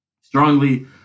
strongly